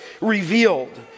revealed